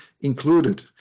included